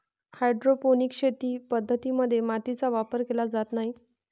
hydroponic शेती पद्धतीं मध्ये मातीचा वापर केला जात नाही